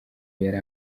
yari